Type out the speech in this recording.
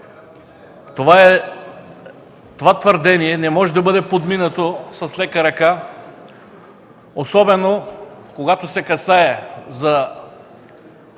Това твърдение не може да бъде подминато с лека ръка, особено когато се касае за